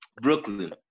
Brooklyn